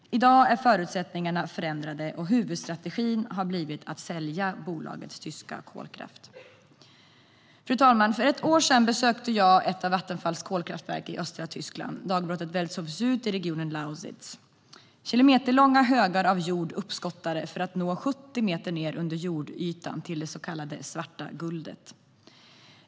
I dag är förutsättningarna förändrade, och huvudstrategin har blivit att sälja bolagets tyska kolkraft. Fru talman! För ett år sedan besökte jag ett av Vattenfalls kolkraftverk i östra Tyskland, dagbrottet Welzow-Süd i regionen Lausitz. Kilometerlånga högar av jord var uppskottade för att man skulle nå 70 meter ned under jordytan till det så kallade svarta guldet.